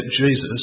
Jesus